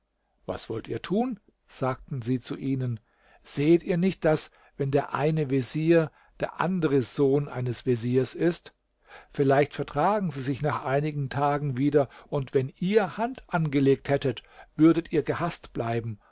was wollt ihr tun sagten sie zu ihnen sehet ihr nicht daß wenn der eine vezier der andere sohn eines veziers ist vielleicht vertragen sie sich nach einigen tagen wieder und wenn ihr hand angelegt hättet würdet ihr gehaßt bleiben